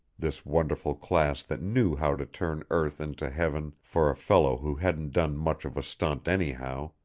this wonderful class that knew how to turn earth into heaven for a fellow who hadn't done much of a stunt anyhow,